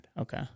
okay